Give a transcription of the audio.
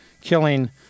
killing